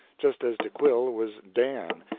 just as de quille was dan,